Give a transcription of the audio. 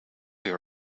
your